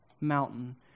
mountain